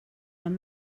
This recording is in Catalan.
van